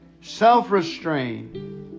Self-restraint